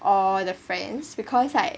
all the friends because like